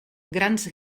grans